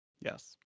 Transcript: Yes